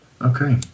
Okay